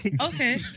Okay